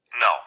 No